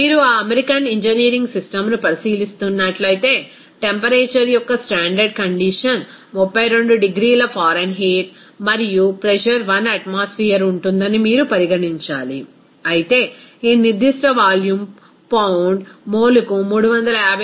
మీరు ఆ American engineering సిస్టమ్ను పరిశీలిస్తున్నట్లయితే టెంపరేచర్ యొక్క స్టాండర్డ్ కండిషన్ 32 డిగ్రీల ఫారెన్హీట్ మరియు ప్రెజర్ 1 అట్మాస్ఫియర్ ఉంటుందని మీరు పరిగణించాలి అయితే ఈ నిర్దిష్ట వాల్యూమ్ పౌండ్ మోల్కు 359